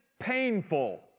Painful